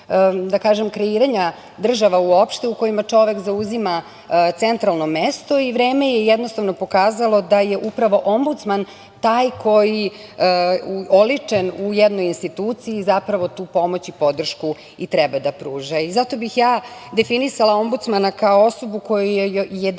da kažem, kreiranja država uopšte u kome čovek zauzima centralno mesto. Vreme je jednostavno pokazalo, da je upravo ombudsman taj koji je oličen u jednoj instituciji i zapravo, tu pomoć i podršku i treba da pruža. Zato bih definisala ombudsmana kao osobu kojoj je dat